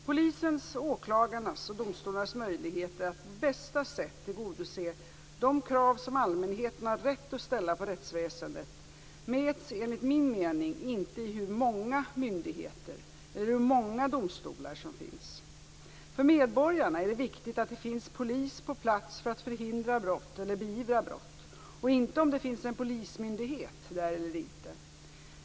Polisens, åklagarnas och domstolarnas möjligheter att på bästa sätt tillgodose de krav som allmänheten har rätt att ställa på rättsväsendet mäts enligt min mening inte i hur många myndigheter eller hur många domstolar som finns. För medborgarna är det viktigt att det finns polis på plats för att förhindra brott eller beivra brott och inte om det finns en polismyndighet där eller inte.